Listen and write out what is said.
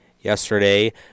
yesterday